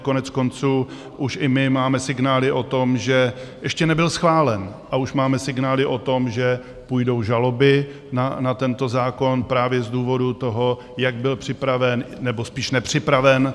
Koneckonců už i my máme signály o tom, že ještě nebyl schválen, a už máme signály o tom, že půjdou žaloby na tento zákon právě z důvodu toho, jak byl připraven, nebo spíš nepřipraven.